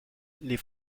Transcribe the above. les